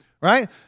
right